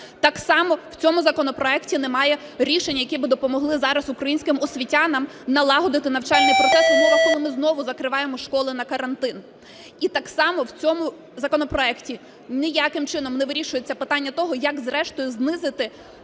Так само в цьому законопроекті немає рішень, які би допомогли зараз українським освітянам налагодити навчальний процес в умовах, коли ми знову закриваємо школи на карантин. І так само в цьому законопроекті ніяким чином не вирішується питання того, як зрештою знизити